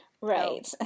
Right